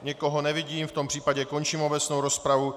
Nikoho nevidím, v tom případě končím obecnou rozpravu.